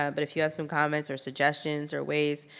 um but if you have some comments or suggestions or ways